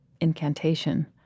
incantation